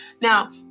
Now